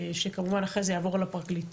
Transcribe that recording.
שכמובן אחרי זה יעבור לפרקליטות.